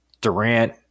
Durant